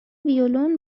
ویولن